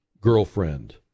girlfriend